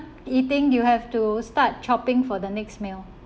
eating you have to start chopping for the next meal